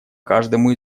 каждому